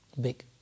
big